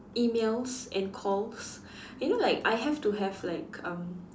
emails and calls you know like I have to have like um